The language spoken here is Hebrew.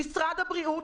משרד הבריאות.